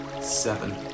seven